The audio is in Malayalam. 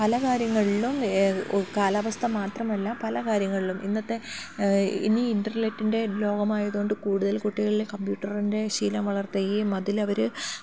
പല കാര്യങ്ങളിലും കാലാവസ്ഥ മാത്രമല്ല പല കാര്യങ്ങളിലും ഇന്നത്തെ ഇനി ഇൻറ്റർനെറ്റിൻ്റെ ലോകമായത് കൊണ്ട് കൂടുതൽ കുട്ടികളിൽ കമ്പ്യൂട്ടറിൻ്റെ ശീലം വളർത്തുകയും അതിൽ അവർ